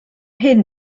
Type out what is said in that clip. hyn